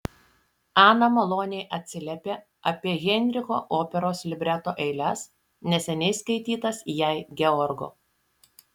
ana maloniai atsiliepė apie heinricho operos libreto eiles neseniai skaitytas jai georgo